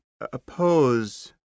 oppose